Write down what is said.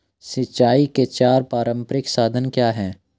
सिंचाई के चार पारंपरिक साधन क्या हैं?